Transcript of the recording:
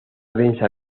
densa